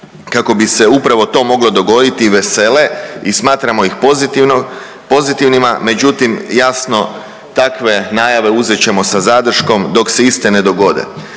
kako bi se upravo to moglo dogoditi vesele i smatramo ih pozitivnima, međutim, jasno, takve najave uzet ćemo sa zadrškom dok se iste ne dogode